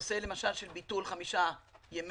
למשל, הנושא של ביטול חמישה ימי